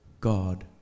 God